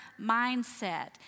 mindset